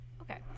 Okay